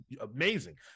amazing